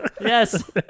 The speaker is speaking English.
Yes